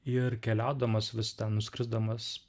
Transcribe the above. ir keliaudamas vis ten nuskrisdamas